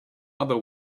other